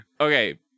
Okay